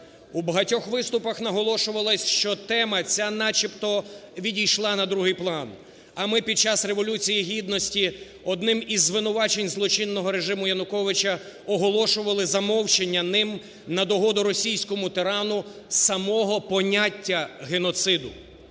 У багатьох виступах наголошувалось, що тема ця начебто відійшла на другий план. А ми під час Революції Гідності одним із звинувачень злочинного режиму Януковича оголошували замовчування ним на догоду російському тирану самого поняття геноциду.